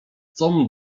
com